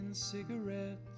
cigarettes